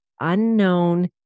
unknown